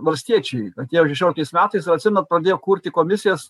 valstiečiai atėjo šešioliktais metais atsimenat pradėjo kurti komisijas